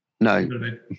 No